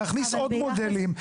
להכניס עוד מודלים.